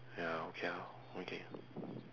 ya okay ah okay